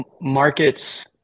markets